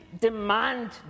demand